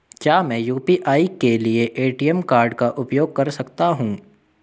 क्या मैं यू.पी.आई के लिए ए.टी.एम कार्ड का उपयोग कर सकता हूँ?